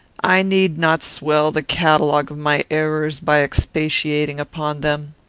i need not swell the catalogue of my errors by expatiating upon them.